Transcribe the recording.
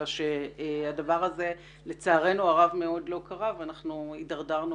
אלא שהדבר הזה לצערנו הרב מאוד לא קרה ואנחנו הידרדרנו